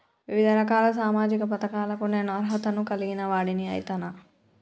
వివిధ రకాల సామాజిక పథకాలకు నేను అర్హత ను కలిగిన వాడిని అయితనా?